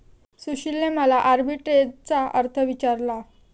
सुशीलने मला आर्बिट्रेजचा अर्थ विचारला